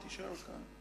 תישאר כאן.